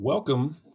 Welcome